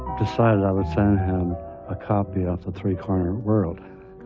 decided i would send him a copy of the three-cornered world,